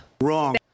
wrong